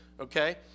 okay